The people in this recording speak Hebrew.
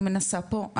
אני מנסה פה,